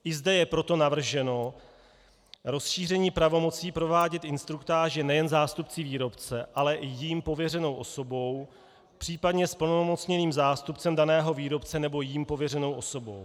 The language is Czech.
I zde je proto navrženo rozšíření pravomocí provádět instruktáže nejen zástupci výrobce, ale i jím pověřenou osobou, případně zplnomocněným zástupcem daného výrobce nebo jím pověřenou osobou.